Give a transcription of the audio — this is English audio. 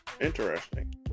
Interesting